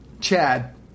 Chad